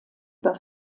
über